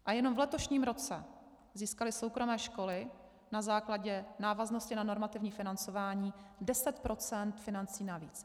A jenom v letošním roce získaly soukromé školy na základě návaznosti na normativní financování 10 % financí navíc.